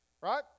right